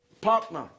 partner